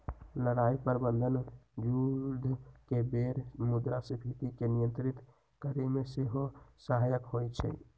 लड़ाइ बन्धन जुद्ध के बेर मुद्रास्फीति के नियंत्रित करेमे सेहो सहायक होइ छइ